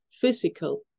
physical